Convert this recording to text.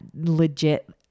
legit